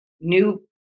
new